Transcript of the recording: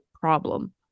problem